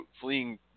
fleeing